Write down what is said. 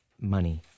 money